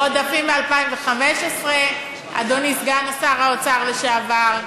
עודפים מ-2015, אדוני סגן שר האוצר לשעבר.